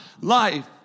life